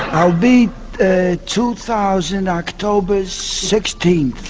i'll be two thousand october sixteenth